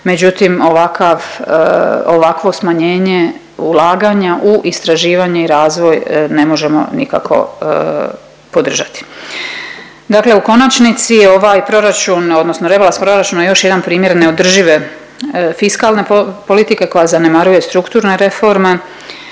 Međutim, ovakvo smanjenje ulaganja u istraživanje i razvoj ne možemo nikako podržati. Dakle, u konačnici je ovaj proračun, odnosno rebalans proračuna još jedan primjer neodržive fiskalne politike koja zanemaruje strukturne reforme.